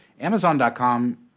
amazon.com